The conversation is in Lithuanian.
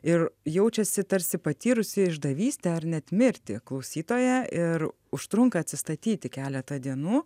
ir jaučiasi tarsi patyrusi išdavystę ar net mirtį klausytoja ir užtrunka atsistatyti keletą dienų